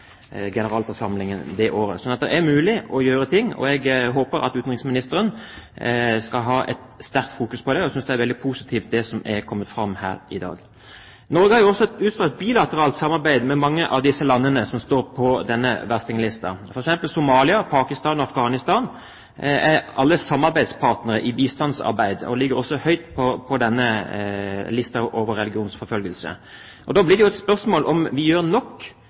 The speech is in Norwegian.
generalforsamlingen det året. Så det er mulig å gjøre noe. Jeg håper at utenriksministeren har sterkt fokus på det, og jeg synes det er positivt det som er kommet fram her i dag. Norge har også et utstrakt bilateralt samarbeid med mange av de landene som står på verstinglisten. For eksempel er Somalia, Pakistan og Afghanistan alle samarbeidspartnere i bistandsarbeid, og ligger høyt på listen over religionsforfølgelse. Da blir det jo et spørsmål om vi gjør nok